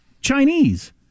Chinese